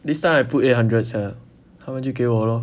this time I put eight hundred sia 他们就给我咯